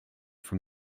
from